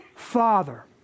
father